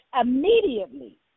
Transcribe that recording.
immediately